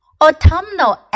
Autumnal